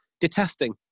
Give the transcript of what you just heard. detesting